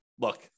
look